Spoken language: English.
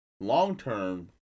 Long-term